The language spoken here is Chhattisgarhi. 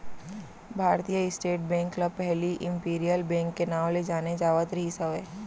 भारतीय स्टेट बेंक ल पहिली इम्पीरियल बेंक के नांव ले जाने जावत रिहिस हवय